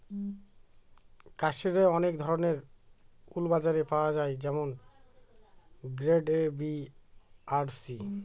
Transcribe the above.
কাশ্মিরে অনেক ধরনের উল বাজারে পাওয়া যায় যেমন গ্রেড এ, বি আর সি